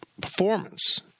performance